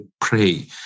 pray